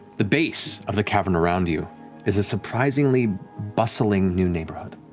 the base of the cavern around you is a surprisingly bustling new neighborhood